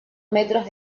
metros